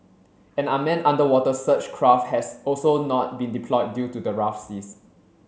an unmanned underwater search craft has also not been deployed due to the rough seas